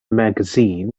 magazine